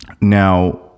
now